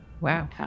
Wow